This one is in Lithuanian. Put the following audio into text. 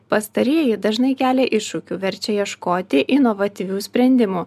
pastarieji dažnai kelia iššūkių verčia ieškoti inovatyvių sprendimų